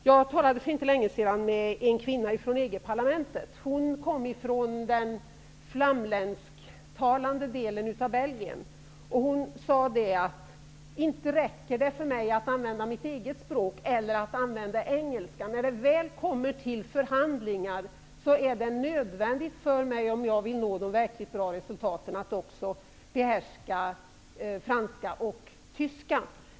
Jag talade för inte länge sedan med en kvinna från Europaparlamentet. Hon kom från den flamländsktalande delen av Belgien, och hon sade: Inte räcker det för mig att använda mitt eget språk eller att använda engelska. När det väl kommer till förhandlingar är det nödvändigt för mig, om jag vill uppnå de verkligt bra resultaten, att också behärska franska och tyska.